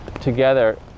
together